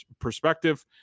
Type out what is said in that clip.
perspective